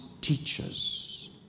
teachers